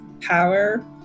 power